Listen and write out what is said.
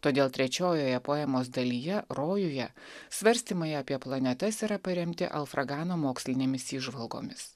todėl trečiojoje poemos dalyje rojuje svarstymai apie planetas yra paremti alfragano mokslinėmis įžvalgomis